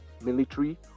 military